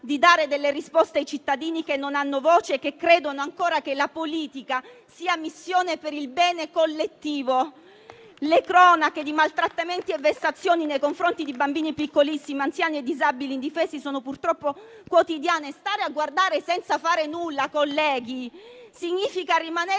di dare delle risposte ai cittadini che non hanno voce e che credono ancora che la politica sia missione per il bene collettivo. Le cronache di maltrattamenti e vessazioni nei confronti di bambini piccolissimi, anziani e disabili indifesi sono purtroppo quotidiane e stare a guardare senza fare nulla, colleghi, significa rimanere